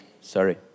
Sorry